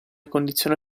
condizione